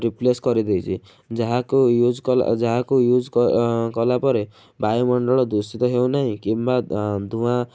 replace କରିଦେଇଛି ଯାହାକୁ use କଲା ଯାହାକୁ ୟୁଜ କ କଲା ପରେ ବାୟୁମଣ୍ଡଳ ଦୂଷିତ ହେଉ ନାହିଁ କିମ୍ବା ଧୂଆଁ